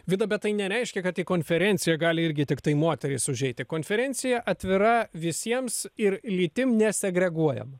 vida bet tai nereiškia kad į konferenciją gali irgi tiktai moterys užeiti konferencija atvira visiems ir lytim nesegreguojama